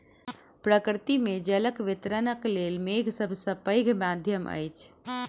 प्रकृति मे जलक वितरणक लेल मेघ सभ सॅ पैघ माध्यम अछि